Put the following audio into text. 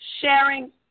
sharing